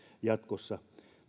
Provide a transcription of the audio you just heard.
jatkossa